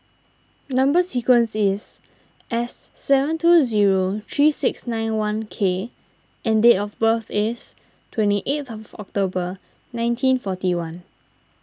Number Sequence is S seven two zero three six nine one K and date of birth is twenty eighth of October nineteen forty one